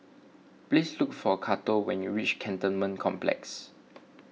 please look for Cato when you reach Cantonment Complex